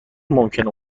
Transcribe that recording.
ممکنه